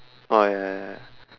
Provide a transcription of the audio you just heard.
oh ya ya ya